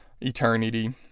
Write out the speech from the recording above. eternity